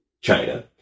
China